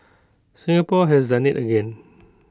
Singapore has done IT again